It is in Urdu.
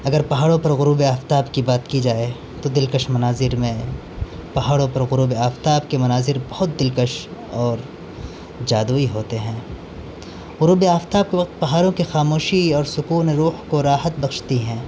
اگر پہاڑوں پر غروب آفتاب کی بات کی جائے تو دلکش مناظر میں پہاڑوں پر غروب آفتاب کے مناظر بہت دلکش اور جادوئی ہوتے ہیں غروب آفتاب کے وقت پہاڑوں کی خاموشی اور سکون روح کو راحت بخشتی ہیں